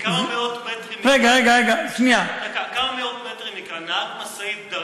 הרי כמה מאות מטרים מכאן נהג משאית,